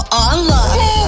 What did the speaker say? online